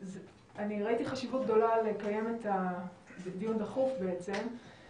ראיתי חשיבות גדולה לקיים את הדיון כדיון דחוף מכיוון